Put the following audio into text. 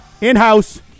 In-house